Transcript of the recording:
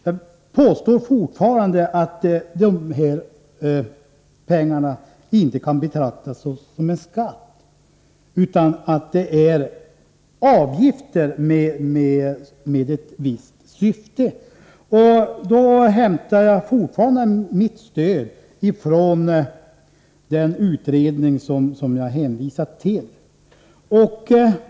Jag framhärdar i att påstå att de pengar man får in inte kan betraktas som en skatt, utan det handlar om avgifter med ett visst syfte. Jag stöder mig fortfarande på den utredning som jag tidigare hänvisat till.